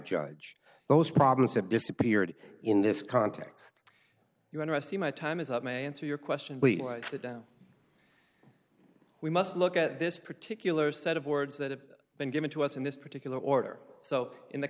judge those problems have disappeared in this context you want to see my time is up my answer your question please we must look at this particular set of words that have been given to us in this particular order so in the